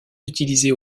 utilisée